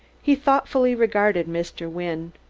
he thoughtfully regarded mr. wynne.